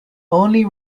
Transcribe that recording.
only